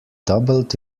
doubled